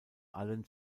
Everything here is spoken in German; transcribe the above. allen